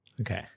Okay